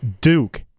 Duke